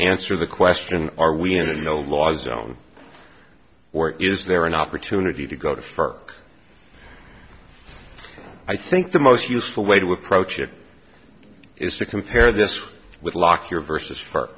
answer the question are we in an old law zone or is there an opportunity to go to for i think the most useful way to approach it is to compare this with lockyer vs for